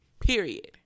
Period